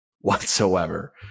whatsoever